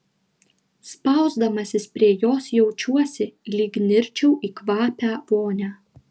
spausdamasis prie jos jaučiuosi lyg nirčiau į kvapią vonią